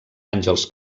àngels